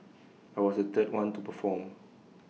I was the third one to perform